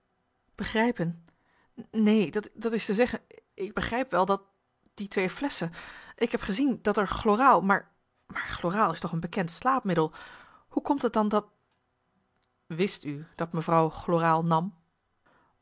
begrijpen neen dat is te zeggen ik begrijp wel dat die twee flesschen ik heb gezien dat er chloraal maar choraal is toch een bekend slaapmiddel hoe komt t dan dat wist u dat mevrouw chloraal nam